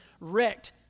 wrecked